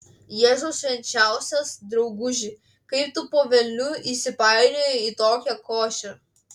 jėzau švenčiausias drauguži kaip tu po velnių įsipainiojai į tokią košę